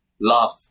love